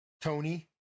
Tony